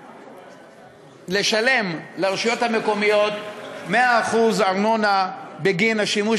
לשלם לרשויות המקומיות 100% ארנונה בגין השימוש